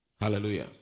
Hallelujah